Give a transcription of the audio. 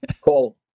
call